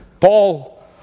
Paul